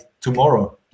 tomorrow